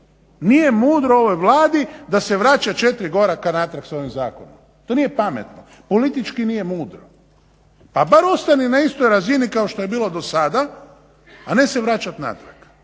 Nije mudro ovoj Vladi da se vraća 4 koraka natrag s ovim zakonom. To nije pametno, politički nije mudro. A bar ostani na istoj razini kao što je bilo do sada, a ne se vraćati natrag.